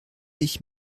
ich